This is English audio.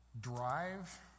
drive